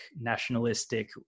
nationalistic